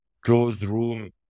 closed-room